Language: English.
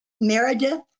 Meredith